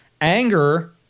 anger